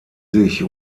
sich